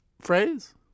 phrase